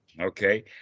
Okay